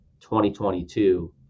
2022